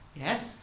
Yes